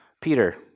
Peter